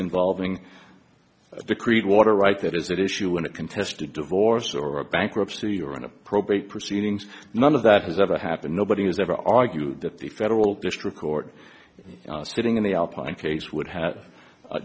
involving decreed water right that is that issue in a contested divorce or a bankruptcy or in a probate proceedings none of that has ever happened nobody has ever argued that the federal district court sitting in the